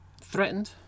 threatened